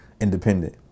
independent